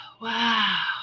wow